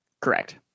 Correct